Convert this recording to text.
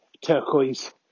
turquoise